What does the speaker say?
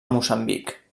moçambic